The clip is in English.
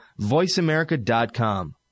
voiceamerica.com